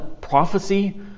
prophecy